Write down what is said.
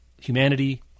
humanity